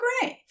great